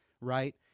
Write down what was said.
right